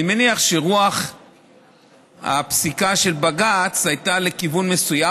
אני מניח שרוח הפסיקה של בג"ץ הייתה לכיוון מסוים,